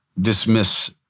dismiss